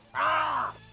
ah!